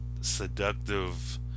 seductive